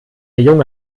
junge